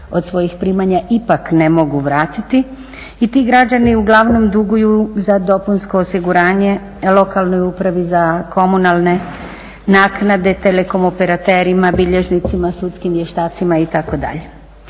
od svojih primanja ipak ne mogu vratiti i ti građani uglavnom dugu za dopunsko osiguranje, lokalnoj upravi za komunalne naknade, telekom operaterima, bilježnicima, sudskim vještacima itd.